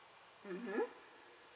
mmhmm